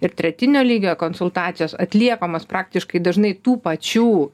ir tretinio lygio konsultacijos atliekamos praktiškai dažnai tų pačių